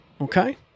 okay